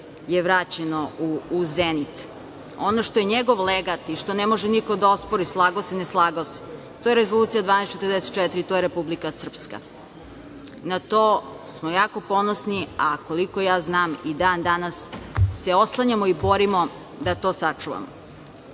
je vraćeno u zenit. Ono što je njegov legat i što ne može niko da ospori, slagao se ili ne slagao se, to je Rezolucija 1244 i to je Republika Srpska. Na to smo jako ponosni, a koliko ja znam i dan-danas se oslanjamo i borimo da to sačuvamo. Moram